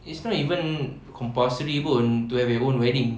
it's not even compulsory pun to have your own wedding